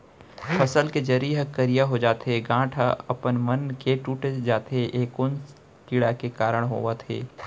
फसल के जरी ह करिया हो जाथे, गांठ ह अपनमन के टूट जाथे ए कोन कीड़ा के कारण होवत हे?